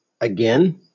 again